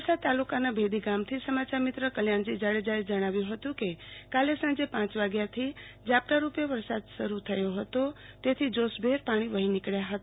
અબડાસા તાલુકાના ભેદી ગામથી સમાચાર મિત્ર કલ્યાણજી જાડેજાએ જણાવ્યુ હતું કે કાલે સાંજે પાંચ વાગ્યાથી ઝાપટારૂપે વરસાદ શરૂ થયો હતો તેથી જોશભેર પાણી વફી નીકબ્યા હતા